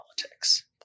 politics